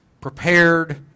prepared